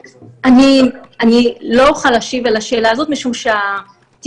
לא אוכל להשיב על השאלה הזאת משום שהתקשורת,